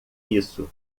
isso